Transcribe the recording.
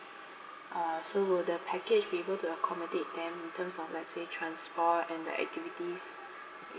uh so will the package be able to accommodate them in terms of let's say transport and the activities